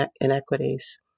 inequities